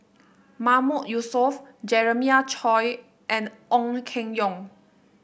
Mahmood Yusof Jeremiah Choy and Ong Keng Yong